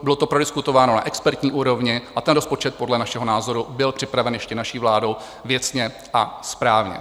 Bylo to prodiskutováno na expertní úrovni a ten rozpočet podle našeho názoru byl připraven ještě naší vládou věcně a správně.